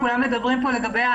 כולם מדברים פה על ענישה.